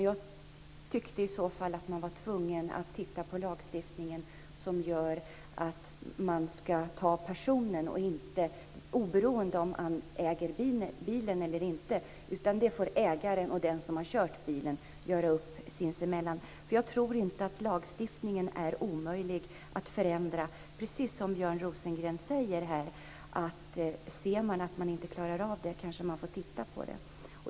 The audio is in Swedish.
Jag tycker i så fall att man är tvungen att titta på lagstiftningen så att man ska ta personen oberoende av om han äger bilen eller inte. Det får ägaren och den som har kört bilen göra upp sinsemellan. Jag tror inte att lagstiftningen är omöjlig att förändra. Ser man att man inte klarar av det, precis som Björn Rosengren säger här, kanske man får titta på det.